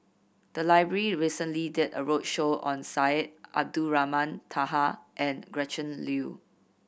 the library recently did a roadshow on Syed Abdulrahman Taha and Gretchen Liu